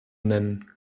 nennen